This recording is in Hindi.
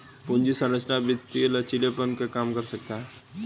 पूंजी संरचना वित्तीय लचीलेपन को कम कर सकता है